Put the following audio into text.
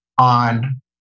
on